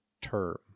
term